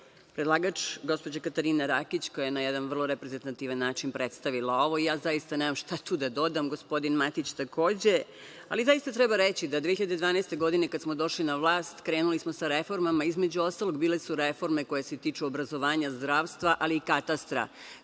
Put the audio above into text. Predlagač, gospođa Katarina Rakić, koja na jedan vrlo reprezentativan način predstavila ovo i ja zaista nemam šta tu da dodam, gospodin Matić takođe. Ali, zaista treba reći da 2012. godine kada smo došli na vlast, krenuli smo sa reformama, između ostalog bile su reforme koje se tiču obrazovanja, zdravstva, ali i katastra